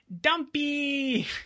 Dumpy